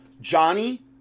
Johnny